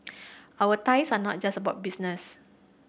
our ties are not just about business